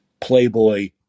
playboy